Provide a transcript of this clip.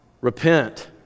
Repent